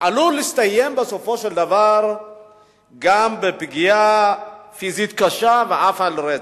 עלולה להסתיים בסופו של דבר גם בפגיעה פיזית קשה ואף ברצח.